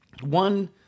One